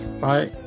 bye